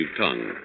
tongue